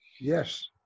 Yes